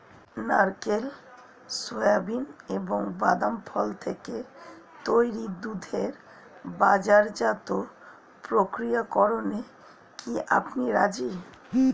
নারকেল, সোয়াবিন এবং বাদাম ফল থেকে তৈরি দুধের বাজারজাত প্রক্রিয়াকরণে কি আপনি রাজি?